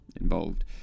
involved